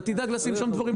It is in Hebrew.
אתה תדאג לשים שם דבורים.